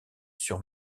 sur